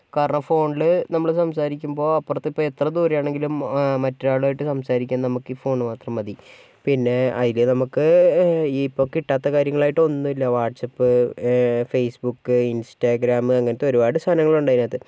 കാരണം ഫോണില് നമ്മള് സംസാരിക്കുമ്പോൾ അപ്പുറത്ത് ഇപ്പോൾ എത്ര ദൂരയാണെങ്കിലും മറ്റൊരാളുമായിട്ട് സംസാരിക്കാൻ നമുക്കിപ്പോൾ ഈ ഫോണ് മാത്രം മതി പിന്നെ അതില് നമുക്ക് ഇപ്പോൾ കിട്ടാത്ത കാര്യങ്ങളായിട്ട് ഒന്നുമില്ല വാട്സ്ആപ്പ് ഫേസ്ബുക്ക് ഇൻസ്റ്റാഗ്രാം അങ്ങനത്തെ ഒരുപാട് സാധനങ്ങൾ ഉണ്ട് അതിനകത്ത്